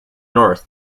north